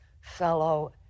fellow